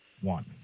one